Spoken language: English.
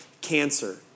cancer